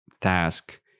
task